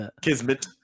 Kismet